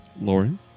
Lauren